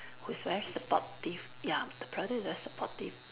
who is very supportive ya the brother is very supportive